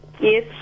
Yes